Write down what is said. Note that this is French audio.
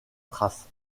trace